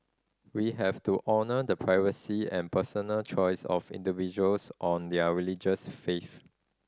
we have to honour the privacy and personal choice of individuals on their religious faith